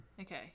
Okay